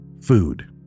Food